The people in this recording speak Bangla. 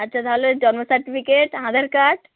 আচ্ছা তাহলে জন্ম সার্টিফিকেট আধার কার্ড